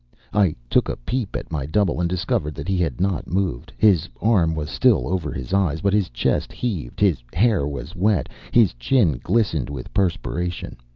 i took a peep at my double, and discovered that he had not moved, his arm was still over his eyes but his chest heaved his hair was wet his chin glistened with perspiration.